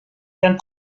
eran